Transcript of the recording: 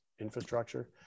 infrastructure